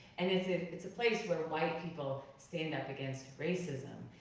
and it's ah it's a place where white people stand up against racism.